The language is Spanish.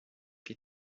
que